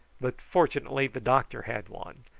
but fortunately the doctor had one,